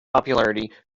popularity